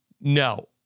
No